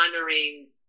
honoring